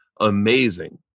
amazing